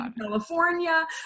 California